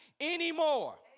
anymore